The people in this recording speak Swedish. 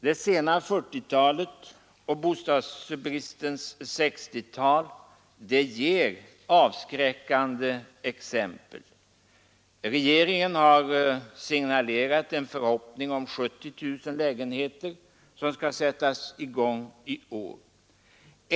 Det sena 1940-talet och bostadsbristens 1960-tal ger avskräckande exempel. Regeringen har signalerat en förhoppning om att 70 000 lägenheter skall sättas i gång i år.